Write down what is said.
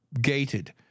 gated